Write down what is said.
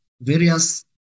various